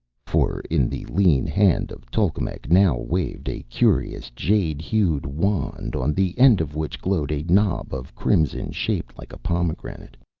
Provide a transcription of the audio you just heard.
for in the lean hand of tolkemec now waved a curious jade-hued wand, on the end of which glowed a knob of crimson shaped like a pomegranate.